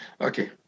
Okay